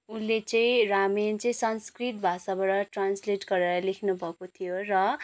उसले चाहिँ रामायण चाहिँ संस्कृत भाषाबाट ट्रान्सलेट गरेर लेख्नु भएको थियो र